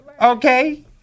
Okay